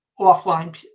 offline